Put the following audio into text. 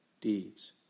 deeds